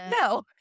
no